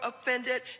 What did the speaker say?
offended